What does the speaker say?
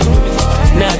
Now